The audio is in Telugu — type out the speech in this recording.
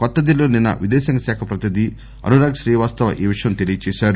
కొత్త ఢిల్లీలో నిన్స విదేశాంగ శాఖ ప్రతినిధి అనురాగ్ శ్రీవాస్తవ ఈ విషయం తెలీయజేశారు